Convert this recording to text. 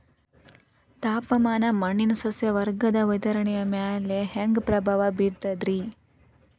ತಾಪಮಾನ ಮಣ್ಣಿನ ಸಸ್ಯವರ್ಗದ ವಿತರಣೆಯ ಮ್ಯಾಲ ಹ್ಯಾಂಗ ಪ್ರಭಾವ ಬೇರ್ತದ್ರಿ?